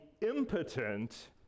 impotent